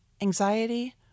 anxiety